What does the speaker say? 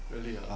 really ah